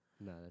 no